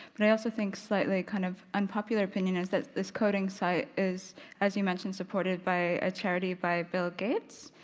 but i also think slightly, kind, of, unpopular opinion is that this coding site is as you mentioned supported by a charity by bill gates.